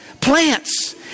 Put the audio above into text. plants